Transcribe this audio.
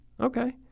okay